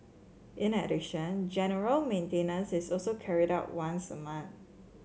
in addition general maintenance is also carried out once a month